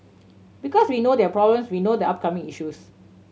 because we know their problems we know the upcoming issues